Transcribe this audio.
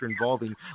involving